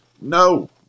no